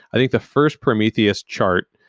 i think the first prometheus chart,